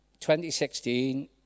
2016